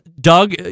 Doug